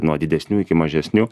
nuo didesnių iki mažesnių